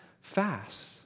fast